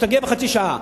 שתגיע בחצי שעה,